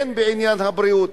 הן בעניין הבריאות,